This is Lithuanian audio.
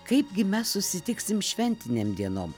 kaipgi mes susitiksim šventinėm dienom